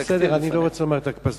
בסדר, אני לא רוצה לומר את הפסוק.